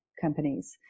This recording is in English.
companies